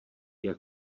jak